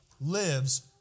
lives